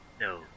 No